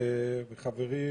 חברי